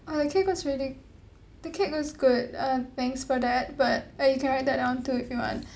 uh the cake was really the cake was good uh thanks for that but uh you can write that down too if you want